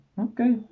Okay